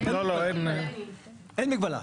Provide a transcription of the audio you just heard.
אין מגבלה.